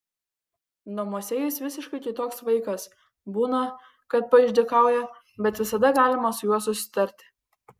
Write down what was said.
namuose jis visiškai kitoks vaikas būna kad paišdykauja bet visada galima su juo susitarti